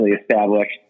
established